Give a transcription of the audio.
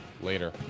later